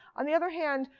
on the other hand,